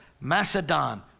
Macedon